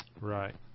Right